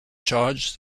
charge